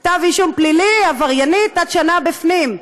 כתב אישום פלילי, עבריינית, עד שנה בפנים.